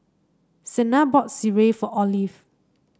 Sena bought sireh for Olive